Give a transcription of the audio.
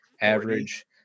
average